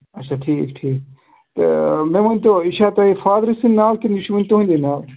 اَچھا ٹھیٖک ٹھیٖک تہٕ مےٚ ؤنۍتو یہِ چھےٚ تۄہہِ فادرٕ سٕنٛدۍ ناو کِنۍ یہِ چھُ وٕنۍ تُہُنٛدے ناوٕ